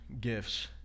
gifts